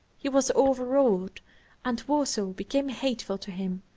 he was overwrought and warsaw became hateful to him,